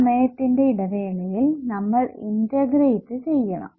ഈ സമയത്തിന്റെ ഇടവേളയിൽ നമ്മൾ ഇന്റഗ്രേറ്റ് ചെയ്യണം